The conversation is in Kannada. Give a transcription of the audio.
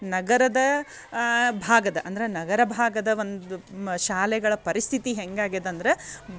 ನಗರದ ಭಾಗದ ಅಂದ್ರೆ ನಗರ ಭಾಗದ ಒಂದು ಶಾಲೆಗಳ ಪರಿಸ್ಥಿತಿ ಹೆಂಗೆ ಆಗ್ಯದ ಅಂದ್ರೆ